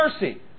mercy